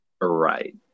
Right